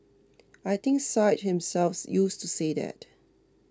I think Syed himself used to say that